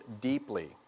deeply